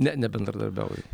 ne nebendradarbiauju